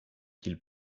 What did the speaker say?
qu’il